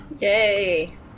Yay